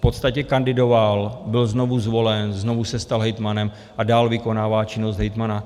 V podstatě kandidoval, byl znovu zvolen, znovu se stal hejtmanem a dál vykonává činnost hejtmana.